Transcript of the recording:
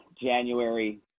January